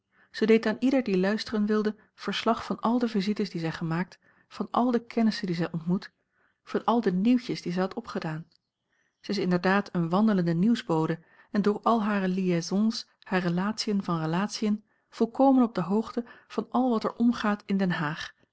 zij deed aan ieder die luisteren wilde verslag van al de visites die zij gemaakt van al de kennissen die zij ontmoet van al de nieuwtjes die zij had opgedaan zij is inderdaad eene wandelende nieuwsbode en door al hare liaisons hare relatiën van relatiën volkomen op de hoogte van al wat er omgaat in den haag